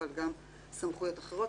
אבל גם סמכויות אחרות,